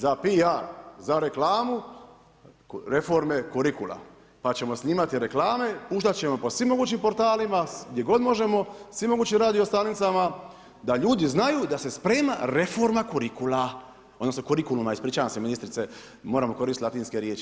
Za PR, za reklamu reforme kurikula, pa ćemo snimati reklame, puštat ćemo po svim mogućim portalima, gdje god možemo, svim mogućim radio-stanicama da ljudi znaju da se sprema reforma kurikula odnosno kurikuluma, ispričavam se ministrice, moramo koristiti latinske riječi.